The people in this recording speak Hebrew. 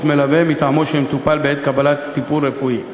מלווה מטעמו של מטופל בעת קבלת טיפול רפואי.